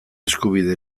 eskubide